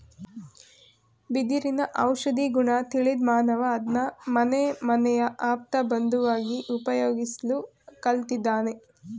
ಬಿದಿರಿನ ಔಷಧೀಗುಣ ತಿಳಿದ್ಮಾನವ ಅದ್ನ ಮನೆಮನೆಯ ಆಪ್ತಬಂಧುವಾಗಿ ಉಪಯೋಗಿಸ್ಲು ಕಲ್ತಿದ್ದಾನೆ